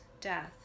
death